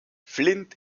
flynn